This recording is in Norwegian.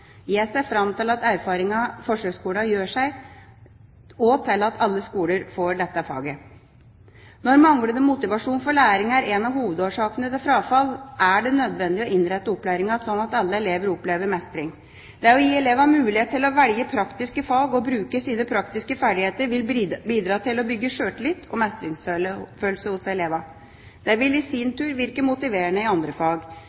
Jeg ser fram til erfaringene forsøksskolene gjør seg, og til at alle skoler får dette faget. Når manglende motivasjon for læring er en av hovedårsakene til frafall, er det nødvendig å innrette opplæringen slik at alle elever opplever mestring. Det å gi elever mulighet til å velge praktiske fag og bruke sine praktiske ferdigheter vil bidra til å bygge sjøltillit og mestringsfølelse hos elevene. Det vil i sin tur virke motiverende i andre fag.